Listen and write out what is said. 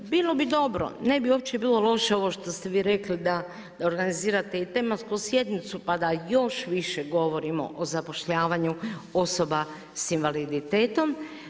Bilo bi dobro, ne bi uopće bilo loše ovo što ste vi rekli da organizirate i tematsku sjednicu pa da još više govorimo o zapošljavanju osoba sa invaliditetom.